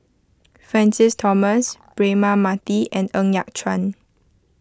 Francis Thomas Braema Mathi and Ng Yat Chuan